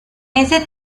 ese